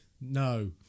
no